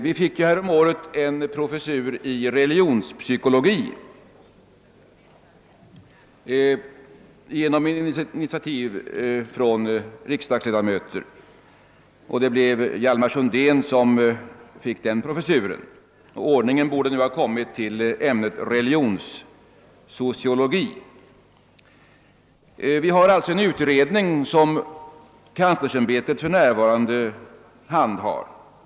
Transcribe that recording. Vi fick häromåret en professur i re ligionspsykologi genom initiativ från riksdagsledamöter, och det blev Hjalmar Sundén som fick den professuren. Turen borde nu ha kommit till ämnet religionssociologi. Det pågår en utredning som kanslersämbetet för närvarande handhar.